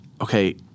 okay